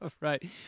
Right